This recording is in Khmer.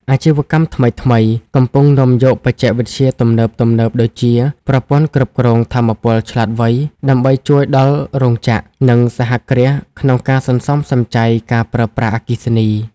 អាជីវកម្មថ្មីៗ កំពុងនាំយកបច្ចេកវិទ្យាទំនើបៗដូចជា ប្រព័ន្ធគ្រប់គ្រងថាមពលឆ្លាតវៃ ដើម្បីជួយដល់រោងចក្រ និងសហគ្រាសក្នុងការសន្សំសំចៃការប្រើប្រាស់អគ្គិសនី។